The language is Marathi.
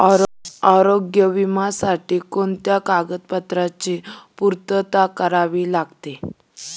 आरोग्य विम्यासाठी कोणत्या कागदपत्रांची पूर्तता करावी लागते?